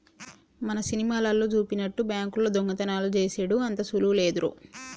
మన సినిమాలల్లో జూపినట్టు బాంకుల్లో దొంగతనాలు జేసెడు అంత సులువు లేదురో